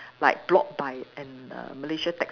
like blocked by an a Malaysia taxi